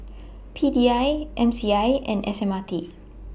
P D I M C I and S M R T